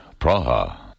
Praha